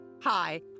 Hi